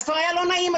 כבר היה לא נעים,